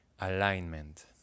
alignment